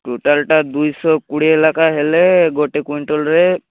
ଟୋଟାଲ୍ଟା ଦୁଇ ଶହ କୋଡ଼ିଏ ଲେଖାଁ ହେଲେ ଗୋଟେ କ୍ୱିଣ୍ଟାଲରେ